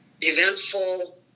eventful